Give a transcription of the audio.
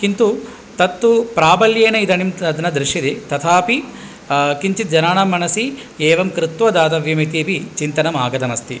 किन्तु तत्तु प्राबल्येन इदानीं तद् न दृश्यते तथापि किञ्चित् जनानां मनसि एवं कृत्वा दातव्यम् इत्यपि चिन्तनम् आगतमस्ति